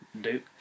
Duke